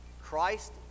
Christ